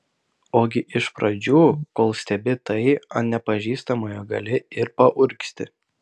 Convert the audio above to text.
ogi iš pradžių kol stebi tai ant nepažįstamojo gali ir paurgzti